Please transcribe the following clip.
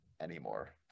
anymore